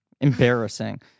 Embarrassing